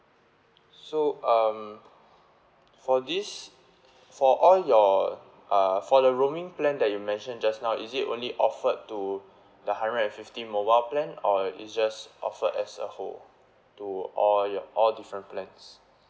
so um for this for all your uh for the roaming plan that you mention just now is it only offered to the hundred and fifty mobile plan or it's just offered as a whole to all your all different plans